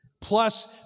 Plus